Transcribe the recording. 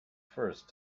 first